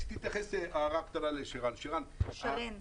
הערה לחברת הכנסת שרן השכל,